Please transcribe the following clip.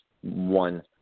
one